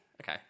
Okay